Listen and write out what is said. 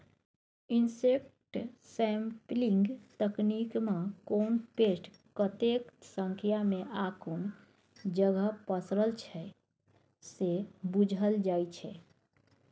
insect sampling तकनीकमे कोन pest कतेक संख्यामे आ कुन जगह पसरल छै से बुझल जाइ छै